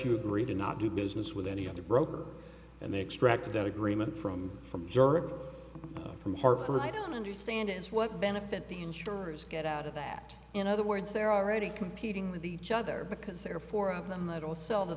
you agree to not do business with any other broker and they extract that agreement from from from hartford i don't understand is what benefit the insurers get out of that in other words they're already competing with each other because there are four of them little cell t